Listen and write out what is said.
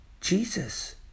Jesus